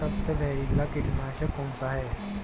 सबसे जहरीला कीटनाशक कौन सा है?